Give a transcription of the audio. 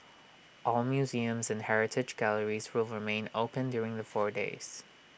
all museums and heritage galleries will remain open during the four days